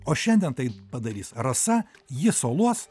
o šiandien tai padarys rasa ji soluos